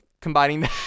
combining